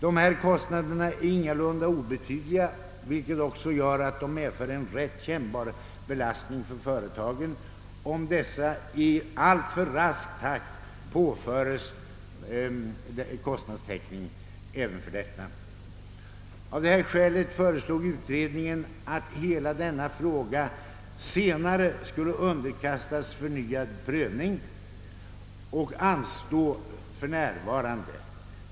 Dessa kostnader är ingalunda obetydliga, vilket också gör, att de utgör en rätt kännbar belastning för företagen, om dessa i alltför rask takt påförs kostnadstäckningen även för detta. Av detta skäl föreslog utredningen att hela denna fråga senare skulle underkastas förnyad prövning och att avgörandet skulle anstå för närvarande.